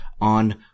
on